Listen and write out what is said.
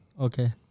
Okay